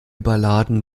balladen